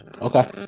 Okay